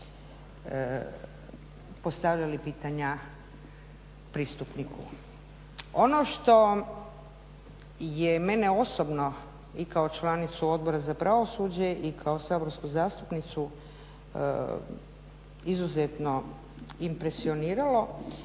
postavljali pitanja pristupniku. Ono što je mene osobno i kao članicu Odbora za pravosuđe i kao saborsku zastupnicu izuzetno impresioniralo,